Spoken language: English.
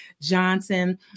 Johnson